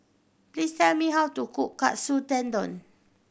please tell me how to cook Katsu Tendon